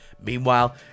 Meanwhile